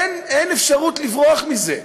אין אפשרות לברוח מזה.